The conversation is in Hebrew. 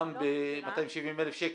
של 270,000 שקל.